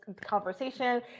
conversation